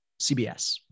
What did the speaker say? CBS